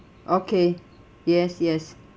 okay yes yes